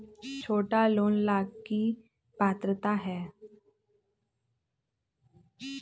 छोटा लोन ला की पात्रता है?